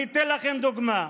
אני אתן לכם דוגמה: